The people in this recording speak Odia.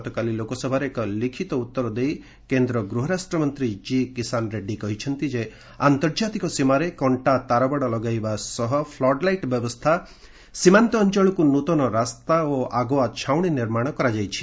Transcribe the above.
ଗତକାଲି ଲୋକସଭାରେ ଏକ ଲିଖିତ ଉତ୍ତର ଦେଇ କେନ୍ଦ୍ର ଗୃହରାଷ୍ଟ୍ରମନ୍ତ୍ରୀ କି କିଷନ ରେଡ୍ରୀ କହିଛନ୍ତି ଯେ ଆନ୍ତର୍ଜାତିକ ସୀମାରେ କଣ୍ଟା ତାରବାଡ଼ ଲଗାଇବା ସହିତ ଫ୍ଲଡ୍ ଲାଇଟ୍ ବ୍ୟବସ୍ଥା ସୀମାନ୍ତ ଅଞ୍ଚଳକୁ ନ୍ତନ ରାସ୍ତା ଓ ଆଗୁଆ ଛାଉଣି ନିର୍ମାଣ କରାଯାଇଛି